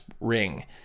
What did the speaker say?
ring